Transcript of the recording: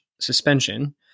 suspension